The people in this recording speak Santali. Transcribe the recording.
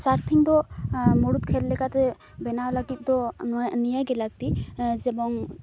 ᱥᱟᱨᱯᱷᱤᱝ ᱫᱚ ᱢᱩᱲᱩᱫ ᱠᱷᱮᱞ ᱞᱮᱠᱟᱛᱮ ᱵᱮᱱᱟᱣ ᱞᱟᱹᱜᱤᱫ ᱫᱚ ᱱᱚᱣᱟ ᱱᱤᱭᱟᱹ ᱜᱮ ᱞᱟᱹᱠᱛᱤ ᱡᱮᱵᱚᱝ